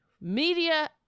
Media